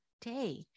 day